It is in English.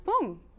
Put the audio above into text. boom